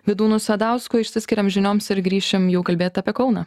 vydūnu sadausku išsiskiriam žinioms ir grįšim jau kalbėt apie kauną